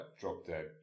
drop-dead